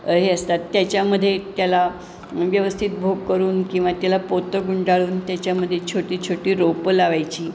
हे असतात त्याच्यामध्ये त्याला व्यवस्थित भोक करून किंवा त्याला पोतं गुंडाळून त्याच्यामध्ये छोटी छोटी रोपं लावायची